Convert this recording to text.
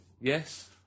yes